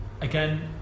again